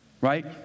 right